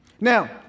Now